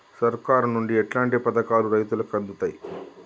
సర్కారు నుండి ఎట్లాంటి పథకాలు రైతులకి అందుతయ్?